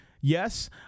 yes